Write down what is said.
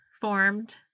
formed